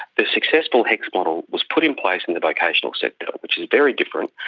the successful hecs model was put in place in the vocational sector, which is very different,